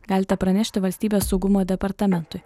galite pranešti valstybės saugumo departamentui